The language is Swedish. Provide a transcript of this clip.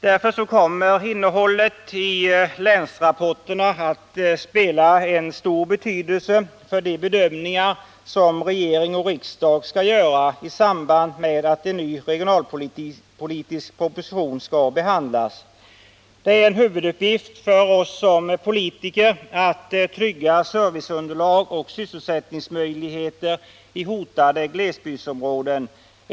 Därför kommer innehållet i länsrapporterna att spela en stor roll för de bedömningar som regering och riksdag skall göra i samband med att en ny regionalpolitisk proposition skall behandlas. Det är en huvuduppgift för oss som politiker att trygga serviceunderlag och sysselsättningsmöjligheter i hotade glesbygdsområden.